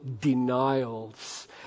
denials